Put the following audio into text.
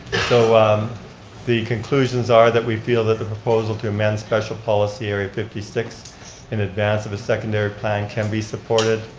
so um the conclusions are that we feel that the proposal to amend special policy area fifty six in advance of the secondary plan can be supported.